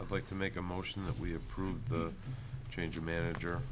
vote like to make a motion that we approve the change of manager